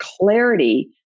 clarity